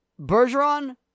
Bergeron